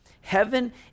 Heaven